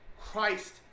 Christ